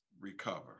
recover